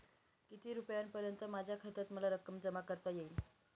किती रुपयांपर्यंत माझ्या खात्यात मला रक्कम जमा करता येईल?